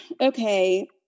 okay